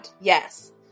Yes